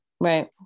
Right